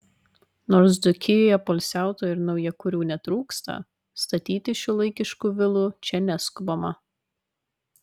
nors dzūkijoje poilsiautojų ir naujakurių netrūksta statyti šiuolaikiškų vilų čia neskubama